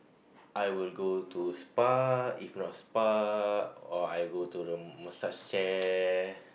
I will go to spa if not spa or I will go to the massage chair